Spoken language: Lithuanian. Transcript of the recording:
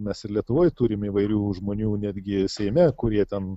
mes ir lietuvoj turim įvairių žmonių netgi seime kurie ten